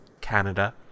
Canada